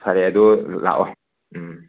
ꯐꯔꯦ ꯑꯗꯣ ꯂꯥꯛꯑꯣ ꯎꯝ